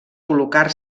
col·locar